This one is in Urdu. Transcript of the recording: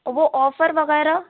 وہ آفر وغیرہ